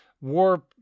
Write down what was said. war